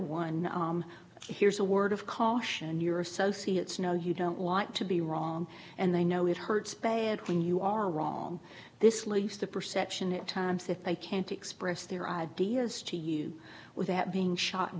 one here's a word of caution your associates know you don't want to be wrong and they know it hurts bad when you are wrong this least the perception at times if i can't express their ideas to you without being shot